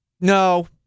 No